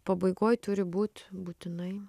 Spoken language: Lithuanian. pabaigoj turi būt būtinai